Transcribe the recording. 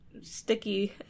sticky